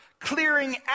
clearing